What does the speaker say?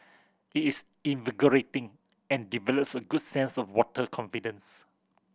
it is invigorating and develops a good sense of water confidence